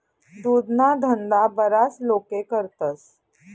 दुधना धंदा बराच लोके करतस